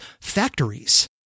factories